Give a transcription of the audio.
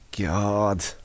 God